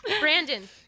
Brandon